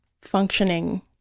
functioning